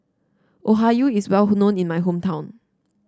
okayu is well known in my hometown